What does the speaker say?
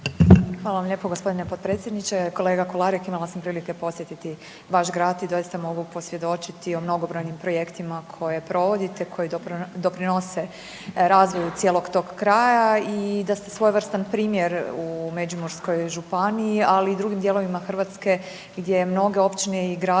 Hvala vam lijepo g. potpredsjedniče. Kolega Kolarek, imala sam prilike posjetiti vaš grad i doista mogu posvjedočiti o mnogobrojnim projektima koje provodite koji doprinose razvoju cijelog tog kraja i da ste svojevrstan primjer u Međimurskoj županiji, ali i u drugim dijelovima Hrvatske gdje mnoge općine i gradovi